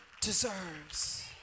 deserves